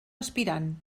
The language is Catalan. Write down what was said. aspirant